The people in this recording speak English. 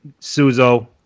Suzo